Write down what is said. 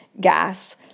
gas